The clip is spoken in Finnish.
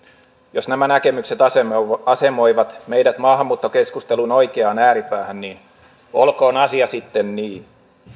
jos nämä näkemykset asemoivat asemoivat meidät maahanmuuttokeskustelun oikeaan ääripäähän niin olkoon asia sitten niin